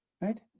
right